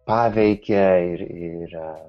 paveikė ir ir